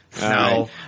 No